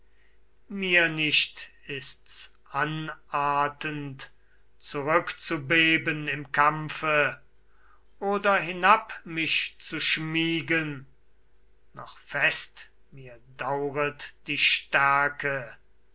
mir nicht ist's anartend zurückzubeben im kampfe oder hinab mich zu schmiegen noch fest mir dauret die stärke